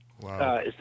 Wow